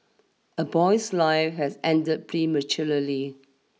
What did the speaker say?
a boy's lie has ended prematurely